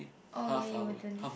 oh ya you wouldn't